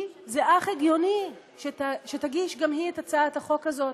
זה אך הגיוני שתגיש גם היא את הצעת החוק הזאת